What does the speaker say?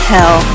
Hell